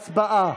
הצבעה.